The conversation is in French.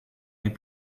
mes